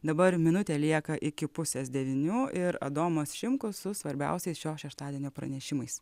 dabar minutė lieka iki pusės devynių ir adomas šimkus su svarbiausiais šio šeštadienio pranešimais